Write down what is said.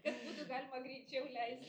kad būtų galima greičiau leist